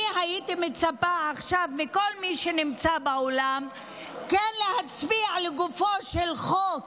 אני הייתי מצפה עכשיו מכל מי שנמצא באולם כן להצביע לגופו של חוק,